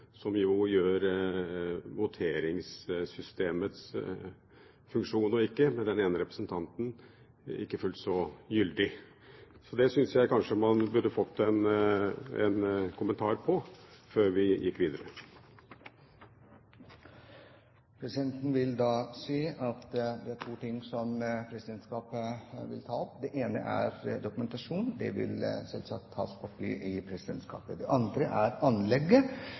som jo gjør voteringssystemets funksjon eller ikke – med den ene representanten – ikke fullt så gyldig. Det syns jeg kanskje man burde fått en kommentar på før vi gikk videre. Presidenten vil si at det er to ting som presidentskapet vil ta opp. Det ene er dokumentasjonen, det vil selvsagt bli tatt opp i presidentskapet. Det andre er anlegget.